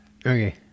Okay